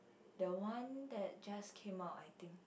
the one that just came out I think